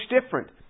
different